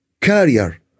carrier